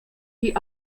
die